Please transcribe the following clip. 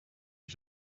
you